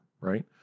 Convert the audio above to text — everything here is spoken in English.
Right